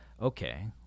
okay